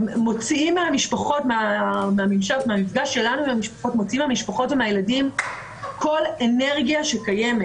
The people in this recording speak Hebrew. מוציאים מהמשפחות והילדים מהמפגש שלנו עם המשפחות כל אנרגיה שקיימת.